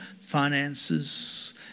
finances